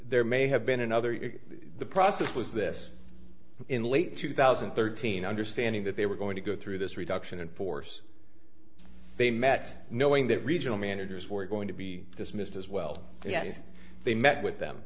there may have been another in the process was this in late two thousand and thirteen understanding that they were going to go through this reduction in force they met knowing that regional managers were going to be dismissed as well yes they met with them